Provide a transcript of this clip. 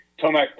Tomac